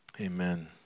Amen